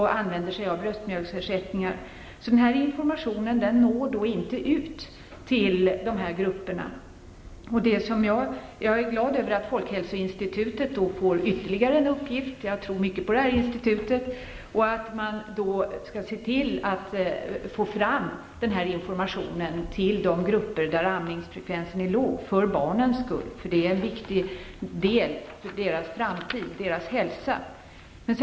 Man använder sig således av bröstmjölksersättningar. Informationen når alltså inte ut till dessa grupper. Jag är glad över att folkhälsoinstitutet får ytterligare en uppgift, för jag tror mycket på detta institut. Vidare hoppas jag att man skall se till att den här informationen når de grupper där amningsfrekvensen är låg. Det är barnen jag tänker på, för det här är viktiga saker för barnens hälsa och framtid.